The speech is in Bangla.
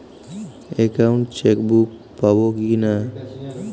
একাউন্ট চেকবুক পাবো কি না?